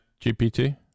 GPT